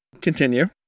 Continue